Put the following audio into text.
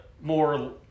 more